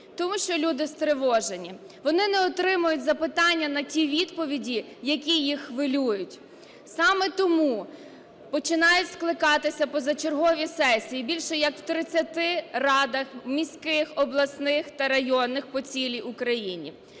Тому що люди стривожені, вони не отримують запитання на ті відповіді, які їх хвилюють. Саме тому починають скликатися позачергові сесії більше як в 30 радах міських, обласних та районних по цілій Україні,